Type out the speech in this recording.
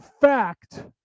fact